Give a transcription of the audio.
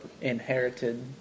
inherited